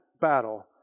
battle